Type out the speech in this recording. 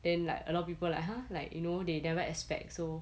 then like a lot of people like !huh! like you know they never expect so